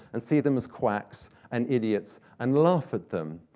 and see them as quacks, and idiots, and laugh at them.